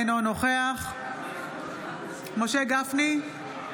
אינו נוכח משה גפני,